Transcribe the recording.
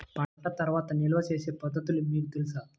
పంట తర్వాత నిల్వ చేసే పద్ధతులు మీకు తెలుసా?